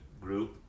group